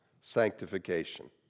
sanctification